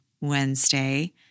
Wednesday